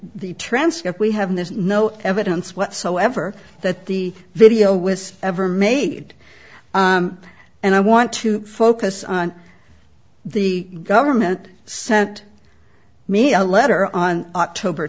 the transcript we have there's no evidence whatsoever that the video was ever made and i want to focus on the government set me a letter on october